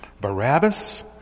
Barabbas